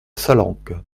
salanque